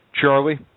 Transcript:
Charlie